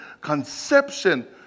Conception